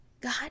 god